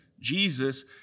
Jesus